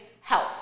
health